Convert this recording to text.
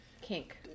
kink